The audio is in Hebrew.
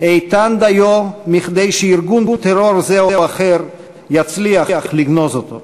איתן מכדי שארגון טרור זה או אחר יצליח לגנוז אותו.